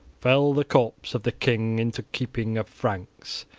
fell the corpse of the king into keeping of franks,